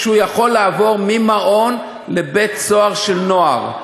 שהוא יכול לעבור ממעון לבית-סוהר של נוער,